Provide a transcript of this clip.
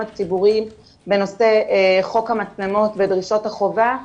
הציבוריים בנושא חוק המצלמות ודרישות החובה,